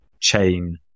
chain